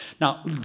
Now